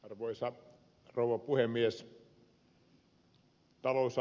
arvoisa rouva puhemies